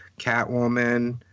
Catwoman